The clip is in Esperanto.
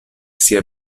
sia